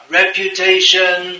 reputation